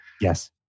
Yes